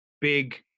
big